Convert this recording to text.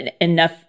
enough